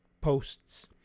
posts